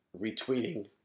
retweeting